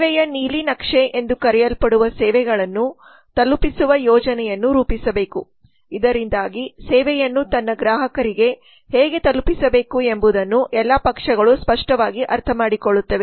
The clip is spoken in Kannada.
ಸೇವೆಯ ನೀಲನಕ್ಷೆ ಎಂದು ಕರೆಯಲ್ಪಡುವ ಸೇವೆಗಳನ್ನು ತಲುಪಿಸುವ ಯೋಜನೆಯನ್ನು ರೂಪಿಸಬೇಕು ಇದರಿಂದಾಗಿ ಸೇವೆಯನ್ನು ತನ್ನ ಗ್ರಾಹಕರಿಗೆ ಹೇಗೆ ತಲುಪಿಸಬೇಕು ಎಂಬುದನ್ನು ಎಲ್ಲಾ ಪಕ್ಷಗಳು ಸ್ಪಷ್ಟವಾಗಿ ಅರ್ಥಮಾಡಿಕೊಳ್ಳುತ್ತವೆ